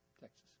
Texas